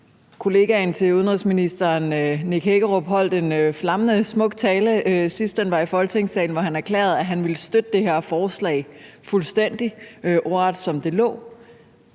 Udenrigsministerens kollega Nick Hækkerup holdt en flammende smuk tale, sidst det blev behandlet i Folketingssalen, hvor han erklærede, at han ville støtte det her forslag fuldstændig ordret, som det lå.